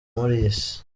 maurice